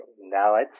knowledge